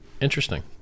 Interesting